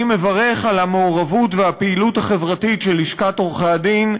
אני מברך על המעורבות והפעילות החברתית של לשכת עורכי-הדין,